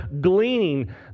gleaning